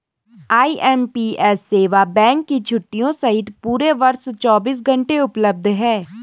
IMPS सेवा bank की छुट्टियों सहित पूरे वर्ष चौबीस घंटे उपलब्ध है